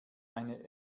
eine